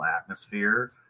atmosphere